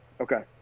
Okay